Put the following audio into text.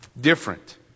different